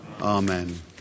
Amen